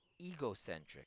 egocentric